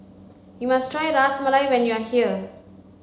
you must try Ras Malai when you are here